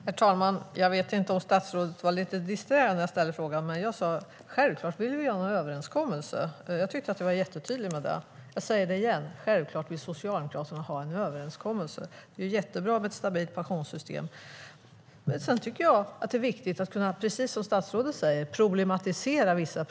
Herr talman! Jag vet inte om statsrådet var lite disträ när jag ställde frågan. Jag sade att det är självklart att vi vill ha en överenskommelse. Jag tyckte att jag var tydlig med det. Jag säger det igen: Självklart vill Socialdemokraterna ha en överenskommelse. Det är jättebra med ett stabilt pensionssystem. Det är också viktigt att, precis som statsrådet säger, problematisera.